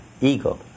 ego